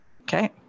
Okay